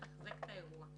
גם מבחינת הנתונים,